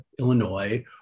Illinois